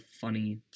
funny